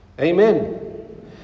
Amen